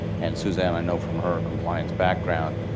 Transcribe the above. and suzanne, i know from her compliance background,